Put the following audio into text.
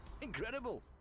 Incredible